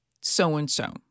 so-and-so